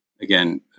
again